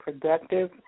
productive